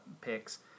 picks